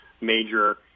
major